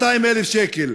200,000 שקל,